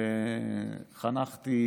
חנכתי